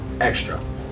extra